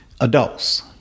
Adults